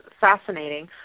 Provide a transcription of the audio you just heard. fascinating